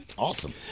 Awesome